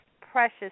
precious